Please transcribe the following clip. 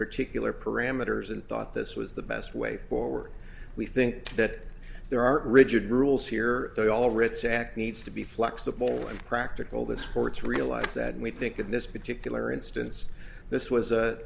particular parameters and thought this was the best way forward we think that there are rigid rules here they all writs act needs to be flexible and practical the sports realize that and we think in this particular instance this was a